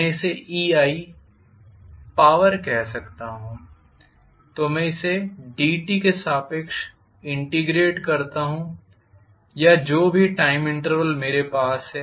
मैं इसे ei power कह सकता हूं तो मैं इसे dt के सापेक्ष इंटेग्रेट करता हूं या जो भी टाइम इंटर्वल मेरे पास है